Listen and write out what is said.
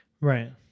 Right